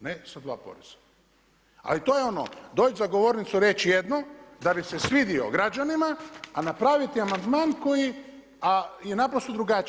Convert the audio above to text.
Ne sa dva poreza, a i to je ono doći za govornicu reći jedno, da bi se svidio građanima, a napraviti amandman koji je naprosto drugačiji.